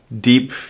deep